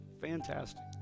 Fantastic